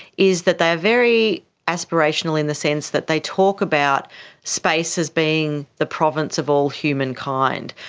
is that they are very aspirational in the sense that they talk about space as being the province of all humankind.